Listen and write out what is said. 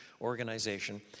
organization